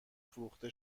فروخته